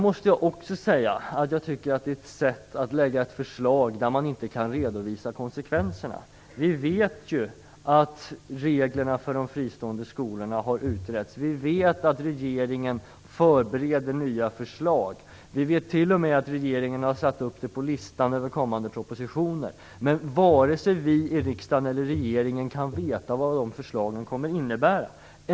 Även här tycker jag att regeringen lägger fram ett förslag där man inte kan redovisa konsekvenserna. Vi vet ju att reglerna för de fristående skolorna har utretts, vi vet att regeringen förbereder nya förslag, och vi vet t.o.m. att regeringen har satt upp detta på listan över kommande propositioner. Men varken vi i riksdagen eller regeringen kan veta vad de förslagen kommer att innebära.